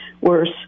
worse